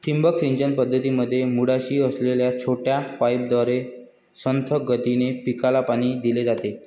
ठिबक सिंचन पद्धतीमध्ये मुळाशी असलेल्या छोट्या पाईपद्वारे संथ गतीने पिकाला पाणी दिले जाते